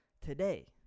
today